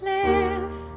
live